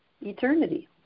Eternity